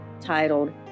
titled